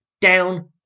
down